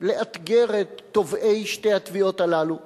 לאתגר את תובעי שתי התביעות האלה ולהגיד: